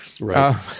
Right